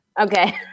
okay